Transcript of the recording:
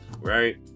right